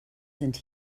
sind